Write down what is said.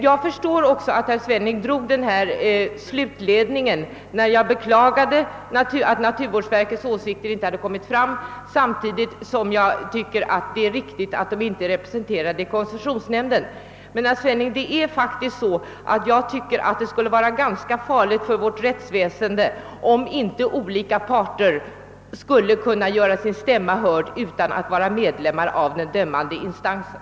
Jag förstår också att herr Svenning drog den slutsats som han gjorde när jag beklagade att naturvårdsverkets åsikter inte kommer fram samtidigt som 'jag anser det vara riktigt att verket inte är representerat i koncessionsnämnden. Men jag tycker faktiskt, herr Svenning, att det skulle vara ganska farligt för vårt rättsväsende om inte olika parter skulle kunna göra sin stämma hörd utan att vara medlemmar av den dömande instansen.